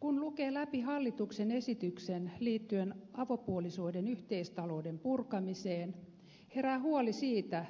kun lukee läpi hallituksen esityksen liittyen avopuolisoiden yhteistalouden purkamiseen herää huoli siitä